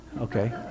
okay